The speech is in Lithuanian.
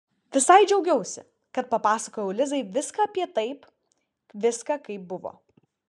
visai džiaugiausi kad papasakojau lizai viską apie taip viską kaip buvo